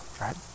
right